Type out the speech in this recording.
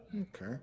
Okay